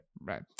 right